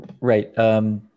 right